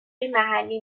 محلی